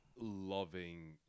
loving